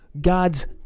God's